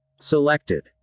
Selected